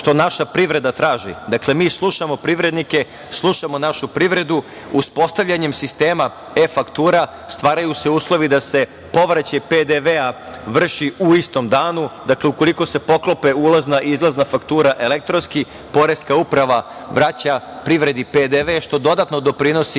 što naša privreda traži. Mi slušamo privrednike, slušamo našu privredu. Uspostavljanjem sistema e-faktura stvaraju se uslovi da se povraćaj PDV vrši u istom danu. Ukoliko se poklope ulazna i izlazna faktura elektronski, poreska uprava vraća privredi PDV, što dodatno doprinosi